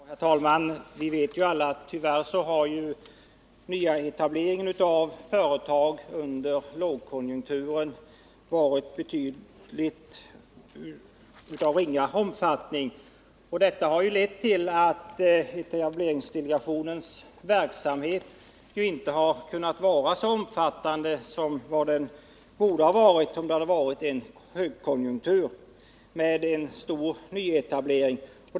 Herr talman! Vi vet ju alla att nyetableringen av företag under lågkonjunkturen varit av ringa omfattning. Det har lett till att etableringsdelegationens verksamhet inte har kunnat vara så omfattande som under en högkonjunktur med stor nyetablering.